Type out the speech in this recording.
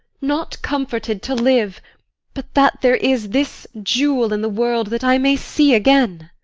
not comforted to live but that there is this jewel in the world that i may see again.